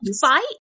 fight